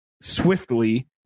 swiftly